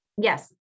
Yes